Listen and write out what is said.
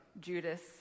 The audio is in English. Judas